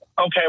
okay